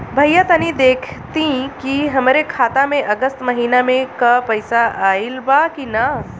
भईया तनि देखती की हमरे खाता मे अगस्त महीना में क पैसा आईल बा की ना?